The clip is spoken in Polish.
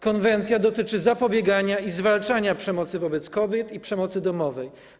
Konwencja dotyczy zapobiegania i zwalczania przemocy wobec kobiet i przemocy domowej.